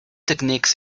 techniques